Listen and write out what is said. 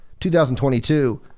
2022